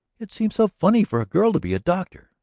it seems so funny for a girl to be a doctor,